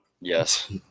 Yes